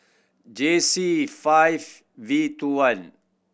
J C five V two one